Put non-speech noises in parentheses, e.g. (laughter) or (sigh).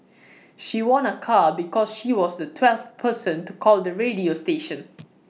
(noise) she won A car because she was the twelfth person to call the radio station